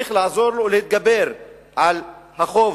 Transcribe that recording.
צריך לעזור לו להתגבר על החוב